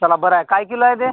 चला बरं आहे काय किलो आहे ते